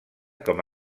com